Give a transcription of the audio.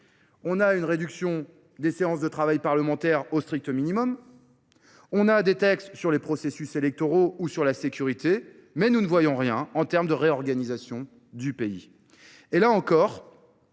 On a une réduction des séances de travail parlementaires au strict minimum. On a des textes sur les processus électoraux ou sur la sécurité, mais nous ne voyons rien en termes de réorganisation du pays. Et là encore,